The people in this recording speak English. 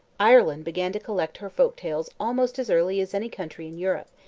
ireland began to collect her folk-tales almost as early as any country in europe,